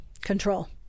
control